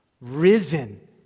risen